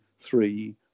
three